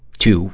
to